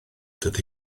dydy